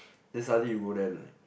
then suddenly you go there and like